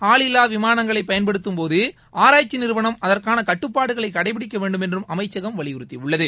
ஆளில்லா விமானங்களை பயன்படுத்தும் போது ஆராய்ச்சி நிறுவனம் அதற்கான கட்டுப்பாடுகளை கடைபிடிக்க வேண்டும் என்றும் அமைச்சகம் வலியுறுத்தியுள்ளது